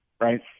right